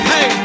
Hey